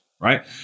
right